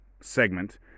segment